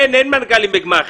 אין מנכ"לים בגמ"חים.